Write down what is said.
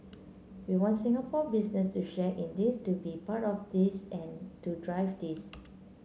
we want Singapore business to share in this to be part of this and to drive this